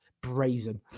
Brazen